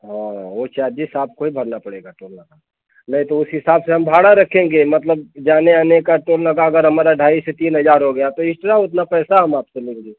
हाँ वो चार्जेस आपको ही भरना पड़ेगा टोल नाका नहीं तो उस हिसाब से हम भाड़ा रखेंगे मतलब जाने आने का टोल नाका अगर हमारा ढाई से तीन हजार हो गया तो इस्ट्रा उतना पैसा हम आपसे लेंगे